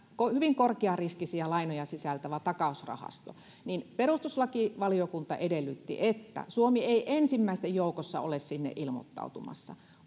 hyvin korkeariskisiä lainoja sisältävä takausrahasto ja perustuslakivaliokunta edellytti että suomi ei ensimmäisten joukossa ole sinne ilmoittautumassa niin